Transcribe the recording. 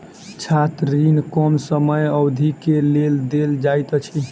छात्र ऋण कम समय अवधि के लेल देल जाइत अछि